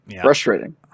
frustrating